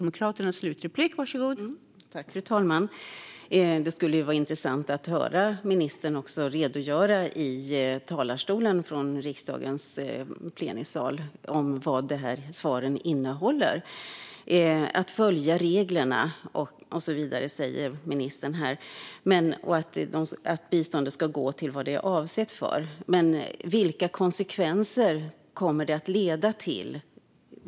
Fru talman! Det skulle ju vara intressant att höra ministern redogöra också i talarstolen i riksdagens plenisal för vad de här svaren innehåller. Att följa reglerna och så vidare, säger ministern här, och att biståndet ska gå till vad det är avsett för. Men vilka konsekvenser kommer det att leda till?